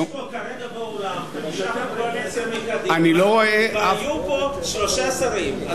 יש פה כרגע באולם חמישה חברי כנסת מקדימה והיו פה שלושה שרים.